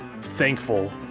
thankful